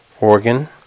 organ